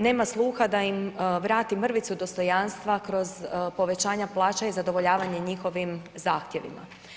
Nema sluha da im vrati mrvicu dostojanstva kroz povećanja plaća i zadovoljavanje njihovim zahtjevima.